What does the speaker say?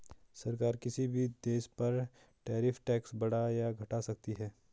सरकार किसी भी देश पर टैरिफ टैक्स बढ़ा या घटा सकती है